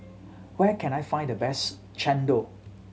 where can I find the best chendol